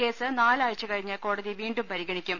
case നാലാഴ്ച കഴിഞ്ഞ് കോടതി വീണ്ടും പരിഗണിക്കും